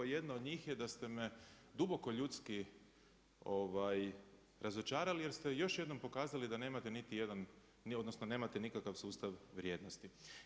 Jedna od njih je da ste me duboko ljudski razočarali, jer ste još jednom pokazali da nemate niti jedan, odnosno nemate nikakav sustav vrijednosti.